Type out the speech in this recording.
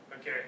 okay